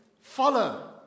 follow